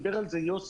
דיבר על זה יוסי.